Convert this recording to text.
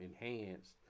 enhanced